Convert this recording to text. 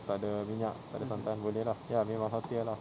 tak ada minyak tak ada santan boleh lah ya memang healthier lah